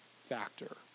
factor